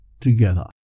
together